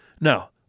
Now